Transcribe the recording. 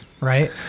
right